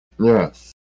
Yes